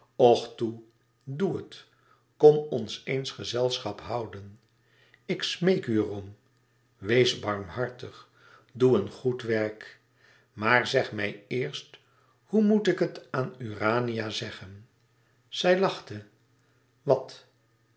doe het kom ons eens gezelschap houden ik smeek u er om wees barmhartig doe een goed werk maar zeg mij eerst hoe moet ik het aan urania zeggen zij lachte wat